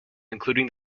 including